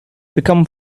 become